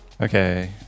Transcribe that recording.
Okay